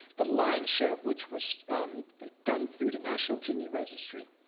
the lion's share of which was done through the national kidney registry.